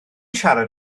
siarad